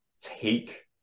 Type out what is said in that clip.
take